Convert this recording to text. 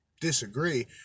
disagree